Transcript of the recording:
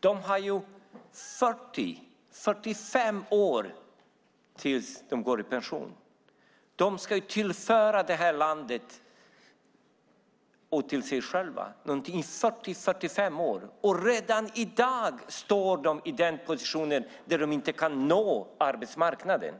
De har 40-45 år tills de går i pension. De ska tillföra det här landet och sig själva någonting under 40-45 år. Redan i dag står de i den positionen att de inte kan nå arbetsmarknaden